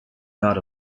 dot